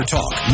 Talk